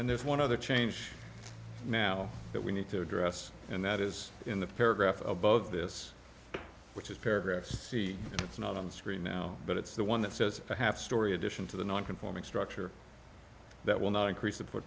and there's one other change now that we need to address and that is in the paragraph above this which is paragraph c it's not on the screen now but it's the one that says perhaps story addition to the non conforming structure that will not increase